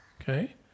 Okay